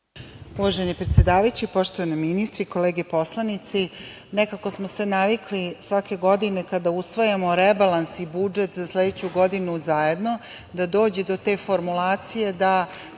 Uvaženi predsedavajući, poštovani ministri, kolege poslanici, nekako smo se navikli svake godine kada usvajamo rebalans i budžet za sledeću godinu zajedno da dođe do te formulacije da